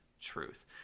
truth